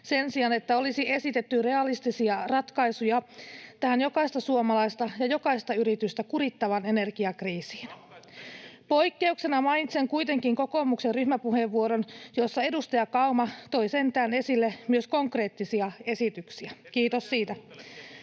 sen sijaan, että olisi esitetty realistisia ratkaisuja tähän jokaista suomalaista ja jokaista yritystä kurittavaan energiakriisiin. [Sebastian Tynkkynen: Ratkaisut esitettiin!] Poikkeuksena mainitsen kuitenkin kokoomuksen ryhmäpuheenvuoron, jossa edustaja Kauma toi sentään esille myös konkreettisia esityksiä — kiitos siitä.